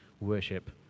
worship